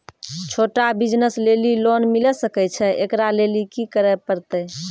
छोटा बिज़नस लेली लोन मिले सकय छै? एकरा लेली की करै परतै